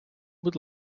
будь